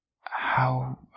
how-